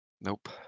Nope